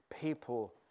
people